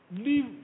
Leave